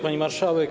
Pani Marszałek!